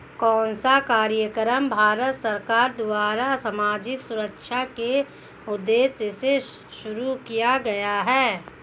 कौन सा कार्यक्रम भारत सरकार द्वारा सामाजिक सुरक्षा के उद्देश्य से शुरू किया गया है?